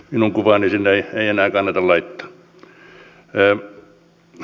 minun kuvaani sinne ei enää kannata laittaa